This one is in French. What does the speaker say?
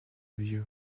view